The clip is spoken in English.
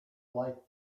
like